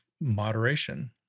moderation